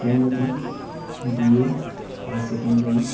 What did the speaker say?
তেওঁলোকে B A high secondary